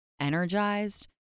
energized